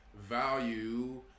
value